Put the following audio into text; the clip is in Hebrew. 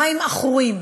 מים עכורים